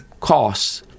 costs